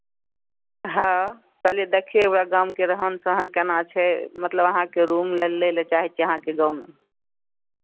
हँ कहलियै देखियै उएह गामके रहन सहन केना छै मतलब अहाँके रूम लै लए चाहै छियै अहाँके गाँवमे